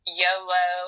yolo